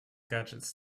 gadgets